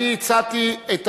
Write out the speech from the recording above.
אני הצעתי,